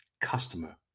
customer